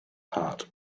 heart